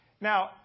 Now